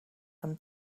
them